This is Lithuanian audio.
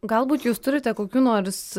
galbūt jūs turite kokių nors